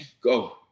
go